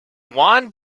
juan